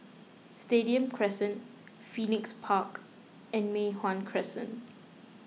Stadium Crescent Phoenix Park and Mei Hwan Crescent